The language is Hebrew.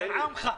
זה עמך.